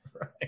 Right